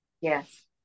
Yes